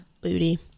Booty